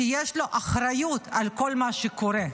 שיש לו אחריות על כל מה שקורה.